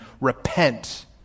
Repent